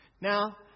Now